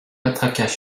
matraquage